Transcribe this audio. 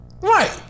Right